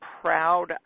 proud